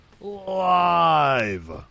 Live